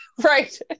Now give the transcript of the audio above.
Right